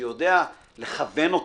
שיודע לכוון אותם,